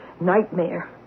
nightmare